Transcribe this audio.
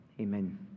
Amen